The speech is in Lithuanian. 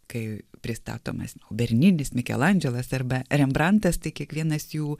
kai pristatomas berninis mikelandželas arba rembrantas kiekvienas jų